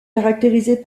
caractérisés